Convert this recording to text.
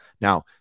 now